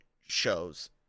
shows